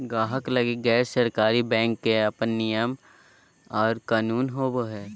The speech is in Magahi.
गाहक लगी गैर सरकारी बैंक के अपन नियम और कानून होवो हय